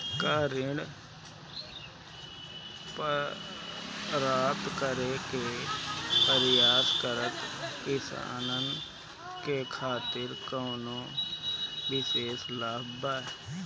का ऋण प्राप्त करे के प्रयास करत किसानन के खातिर कोनो विशेष लाभ बा